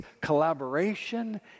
collaboration